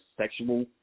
sexual